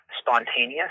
spontaneous